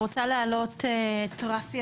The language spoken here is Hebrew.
כמובן שיכולים לעיתים גם להביא לפני כן